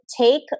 take